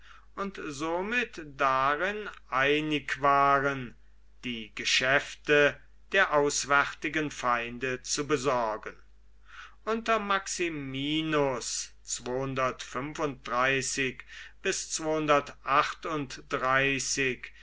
und somit darin einig waren die geschäfte der auswärtigen feinde zu besorgen unter maximinus